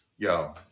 Yo